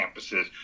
campuses